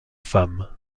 femme